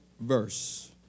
verse